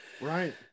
Right